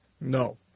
No